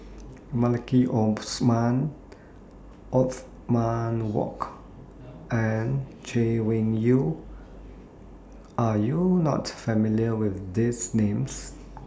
Maliki Osman Othman Wok and Chay Weng Yew Are YOU not familiar with These Names